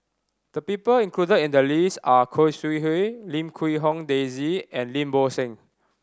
the people included in the list are Khoo Sui Hoe Lim Quee Hong Daisy and Lim Bo Seng